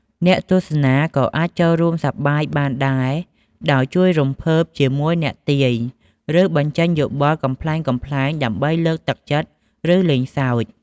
អ្នកទស្សនាក៏អាចចូលរួមសប្បាយបានដែរ ដោយជួយរំភើបជាមួយអ្នកទាយ ឬបញ្ចេញយោបល់កំប្លែងៗ ដើម្បីលើកទឹកចិត្ត ឬលេងសើច។